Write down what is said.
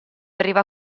arriva